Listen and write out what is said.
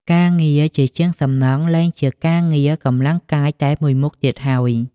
ការងារជាជាងសំណង់លែងជាការងារកម្លាំងកាយតែមួយមុខទៀតហើយ។